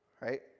Right